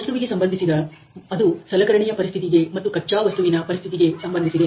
ವಸ್ತುವಿಗೆ ಸಂಬಂಧಿಸಿದ ಅದು ಸಲಕರಣೆಯ ಪರಿಸ್ಥಿತಿಗೆ ಮತ್ತು ಕಚ್ಚಾವಸ್ತುವಿನ ಪರಿಸ್ಥಿತಿಗೆ ಸಂಬಂಧಿಸಿದೆ